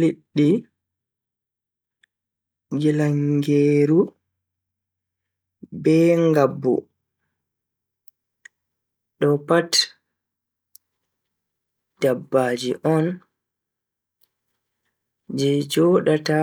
Liddi, ngilangeeru, be ngabbu. Do pat dabbaji on je jodata